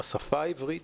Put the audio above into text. בשפה העברית,